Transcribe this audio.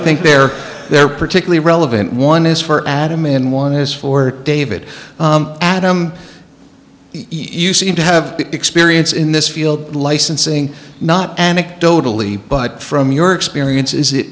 think they're they're particularly relevant one is for adam and one is for david adom you seem to have experience in this field licensing not anecdotally but from your experience is it